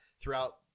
throughout